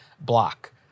block